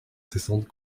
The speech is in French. incessantes